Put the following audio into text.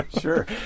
sure